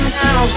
now